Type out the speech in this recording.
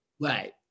Right